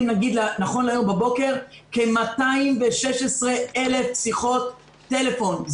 נכון להיום בבוקר כ-216,000 שיחות טלפון.